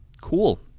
cool